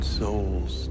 souls